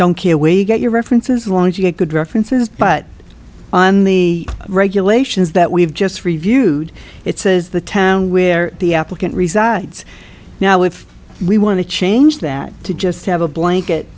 don't care way get your references wrong she had good references but on the regulations that we've just reviewed it says the town where the applicant resides now if we want to change that to just have a blanket